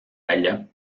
välja